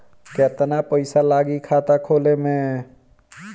केतना पइसा लागी खाता खोले में?